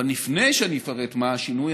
אבל לפני שאני אפרט מה השינוי,